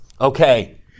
Okay